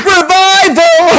Revival